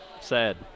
Sad